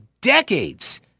decades